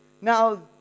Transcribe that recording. now